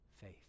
Faith